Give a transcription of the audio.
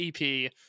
EP